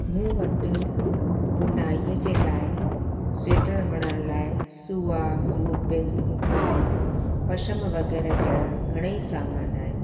मूं वटि बुनाईअ जे लाइ स्वेटर बणाइण लाइ सूआ यूपिन आर पशम वग़ैरह जहिड़ा घणेई सामान आहिनि